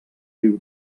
riu